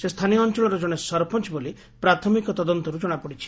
ସେ ସ୍ଚାନୀୟ ଅଞ୍ଚଳର ଜଣେ ସରପଞ୍ଚ ବୋଲି ପ୍ରାଥମିକ ତଦନ୍ତରୁ ଜଣାପଡ଼ିଛି